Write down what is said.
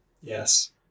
Yes